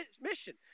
mission